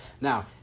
Now